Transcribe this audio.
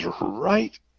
right